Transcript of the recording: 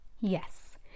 Yes